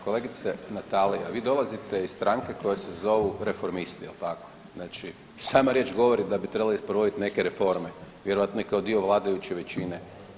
Kolegice Natalija, vi dolazite iz stranke koji se zovu Reformisti jel tako, znači sama riječ govori da bi trebali provoditi neke reforme, vjerojatno ne kao dio vladajuće većine.